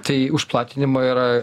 tai už platinimą yra